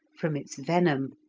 from its venom.